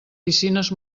piscines